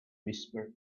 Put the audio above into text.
whisperer